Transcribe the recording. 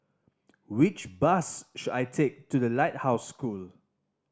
which bus should I take to The Lighthouse School